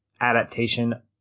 adaptation